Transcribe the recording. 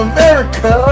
America